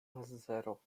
zero